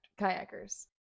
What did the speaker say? kayakers